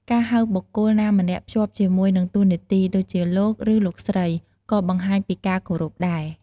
ការហៅបុគ្គលណាម្នាក់ភ្ជាប់ជាមួយនឹងតួនាទី ដូចជា លោក ឬ លោកស្រី ក៏បង្ហាញពីការគោរពដែរ។